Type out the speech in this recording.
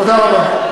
תודה רבה.